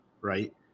right